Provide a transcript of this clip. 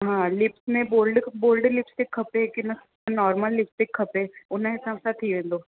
हा लिप्स में gold gold lips ते खपे की न नॉर्मल लिप्स बि खपे हुनजे हिसाब सां थी वेंदो